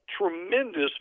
tremendous